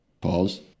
Pause